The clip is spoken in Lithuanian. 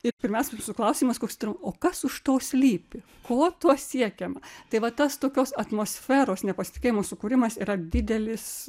ir pirmiausia jūsų klausimas koks o kas už to slypi ko tuo siekiama tai va tas tokios atmosferos nepasitikėjimo sukūrimas yra didelis